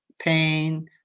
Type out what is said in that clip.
pain